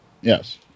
Yes